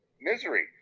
Misery